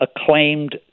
acclaimed